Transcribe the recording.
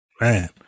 Man